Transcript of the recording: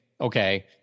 okay